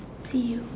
see you